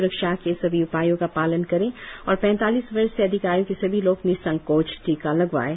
स्रक्षा के सभी उपायों का पालन करें और पैतालीस वर्ष से अधिक आय के सभी लोग निसंकोच टीका लगवाएं